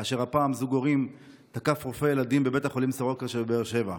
והפעם זוג הורים תקף רופא ילדים בבית החולים סורוקה שבבאר שבע.